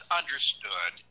understood